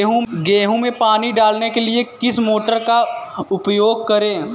गेहूँ में पानी डालने के लिए किस मोटर का उपयोग करें?